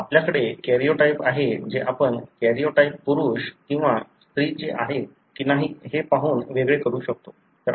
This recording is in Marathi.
आपल्याकडे कॅरिओटाइप आहे जे आपण कॅरिओटाइप पुरुष किंवा स्रिचे आहे की नाही हे पाहून वेगळे करू शकतो